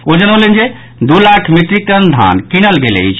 ओ जनौलनि जे दू लाख मीट्रिक टन धान कीनल गेल अछि